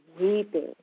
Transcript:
weeping